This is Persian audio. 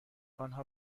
آنها